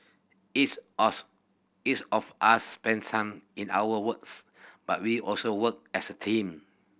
each us each of us spends time in our wards but we also work as a team